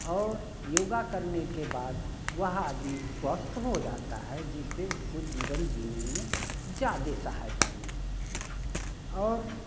और योग करने के बाद वह आदमी स्वस्थ हो जाता है जिससे उसको जीवन जीने में ज्यादा सहायता मिलती है और